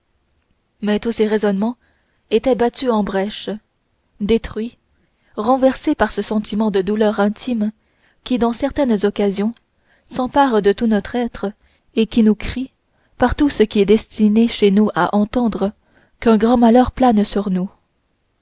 mais tous ces raisonnements étaient battus en brèche détruits renversés par ce sentiment de douleur intime qui dans certaines occasions s'empare de tout notre être et nous crie par tout ce qui est destiné chez nous à entendre qu'un grand malheur plane sur nous